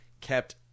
kept